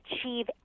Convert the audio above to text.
achieve